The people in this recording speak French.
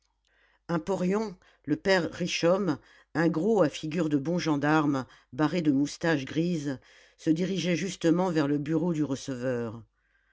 un porion le père richomme un gros à figure de bon gendarme barrée de moustaches grises se dirigeait justement vers le bureau du receveur